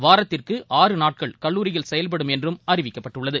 வாரத்திற்கு ஆறு நாட்கள் கல்லூரிகள் செயல்படும் என்றும் அறிவிக்கப்பட்டுள்ளது